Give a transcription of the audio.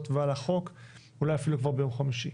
ועל החוק אולי אפילו כבר ביום חמישי.